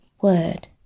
word